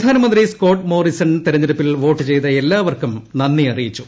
പ്രധാനമന്ത്രി Scott Morrison തിരഞ്ഞെടുപ്പിൽ vote ചെയ്ത എല്ലാവർക്കും നന്ദി അറിയി ച്ചു